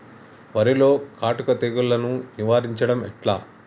వరిలో కాటుక తెగుళ్లను నివారించడం ఎట్లా?